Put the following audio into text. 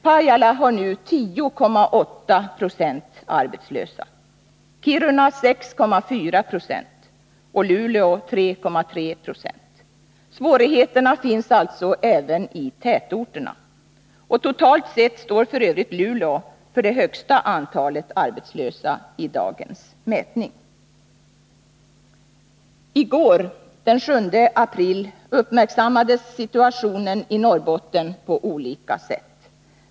Pajala har nu 10,8 20 arbetslösa, Kiruna 6,4 26 och Luleå 3,3 90. Svårigheterna finns alltså även i tätorterna, och totalt sett står f. ö. Luleå för det högsta antalet arbetslösa i dagens mätning. I går, den 7 april, uppmärksammades situationen i Norrbotten på olika sätt.